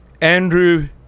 Andrew